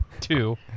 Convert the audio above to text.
two